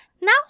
Now